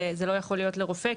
כך שזה לא יכול להיות לרופא,